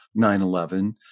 9-11